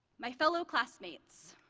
my fellow classmates